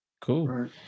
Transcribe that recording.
Cool